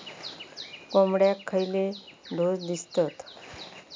कोंबड्यांक खयले डोस दितत?